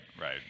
right